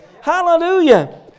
Hallelujah